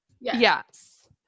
yes